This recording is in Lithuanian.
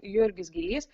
jurgis gylys